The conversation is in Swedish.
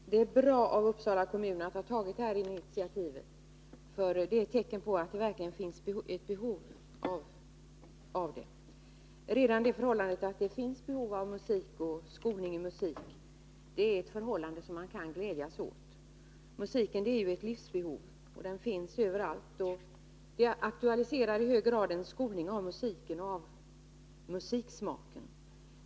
Herr talman! Det är bra av Uppsala kommun att ha tagit det här initiativet, för det är tecken på att det verkligen finns ett behov av musik. Redan det förhållandet att det finns behov av musik och skolning i musik är någonting som man kan glädjas åt. Musiken är ju ett livsbehov och finns överallt, och därför aktualiseras i hög grad en skolning när det gäller musiken och Nr 72 musiksmaken.